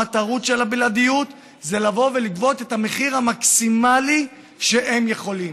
המטרות של הבלעדיות זה לגבות את המחיר המקסימלי שהם יכולים.